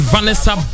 Vanessa